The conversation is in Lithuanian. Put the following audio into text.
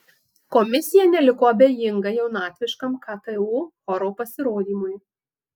komisija neliko abejinga jaunatviškam ktu choro pasirodymui